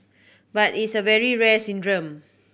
but it's a very rare syndrome